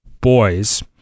boys-